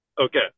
Okay